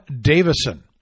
Davison